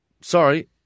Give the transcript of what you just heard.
sorry